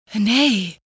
Nay